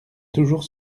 toujours